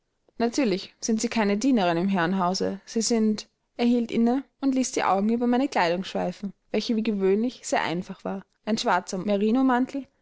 natürlich sind sie keine dienerin im herrenhause sie sind er hielt inne und ließ die augen über meine kleidung schweifen welche wie gewöhnlich sehr einfach war ein schwarzer